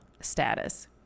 status